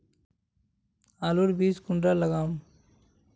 आलूर बीज कुंडा लगाम?